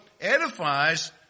edifies